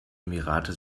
emirate